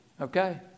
okay